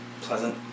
pleasant